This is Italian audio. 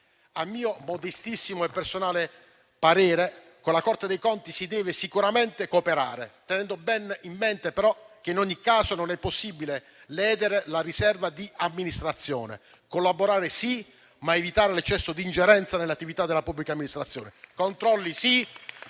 A mio modestissimo e personale parere, con la Corte dei conti si deve sicuramente cooperare, tenendo ben in mente però che in ogni caso non è possibile ledere la riserva di amministrazione: collaborare sì, ma evitando l'eccesso di ingerenza nell'attività della pubblica amministrazione; controlli sì,